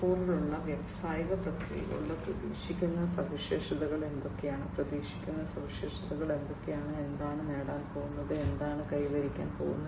0 ഉള്ള വ്യാവസായിക പ്രക്രിയകളുടെ പ്രതീക്ഷിക്കുന്ന സവിശേഷതകൾ എന്തൊക്കെയാണ് പ്രതീക്ഷിക്കുന്ന സവിശേഷതകൾ എന്തൊക്കെയാണ് എന്താണ് നേടാൻ പോകുന്നത് എന്താണ് കൈവരിക്കാൻ പോകുന്നത്